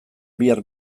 bihar